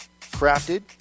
Crafted